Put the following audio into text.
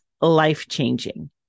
life-changing